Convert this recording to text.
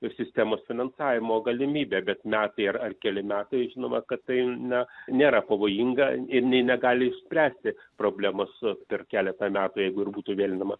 ir sistemos finansavimo galimybė bet metai ir ar keli metai žinoma kad tai ne nėra pavojinga ir nė negali spręsti problemas su per keletą metų jeigu ir būtų galima